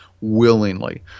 willingly